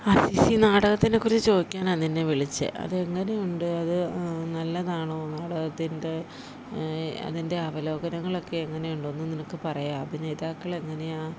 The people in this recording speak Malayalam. അസീസി നാടകത്തിനെ കുറിച്ച് ചോദിക്കാനാണ് നിന്നെ വിളിച്ചത് അത് എങ്ങനെയുണ്ട് അത് നല്ലതാണോ നാടകത്തിൻ്റെ അതിൻ്റെ അവലോകനങ്ങൾ ഒക്കെ എങ്ങനെ ഉണ്ടെന്ന് നിനക്ക് പറയാൻ അഭിനേതാക്കൾ എങ്ങനെയാണ്